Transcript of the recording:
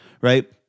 right